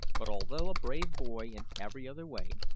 but although a brave boy in every other way,